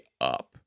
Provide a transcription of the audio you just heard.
up